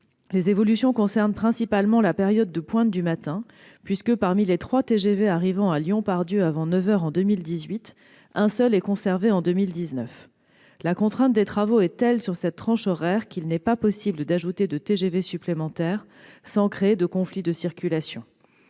les évolutions concernent principalement la période de pointe du matin, puisque, parmi les trois TGV arrivant à Lyon-Part-Dieu avant neuf heures en 2018, un seul est conservé en 2019. La contrainte des travaux est telle sur cette tranche horaire qu'il n'est pas possible d'ajouter de TGV supplémentaire sans créer de conflits de circulation.